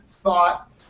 thought